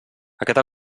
aquest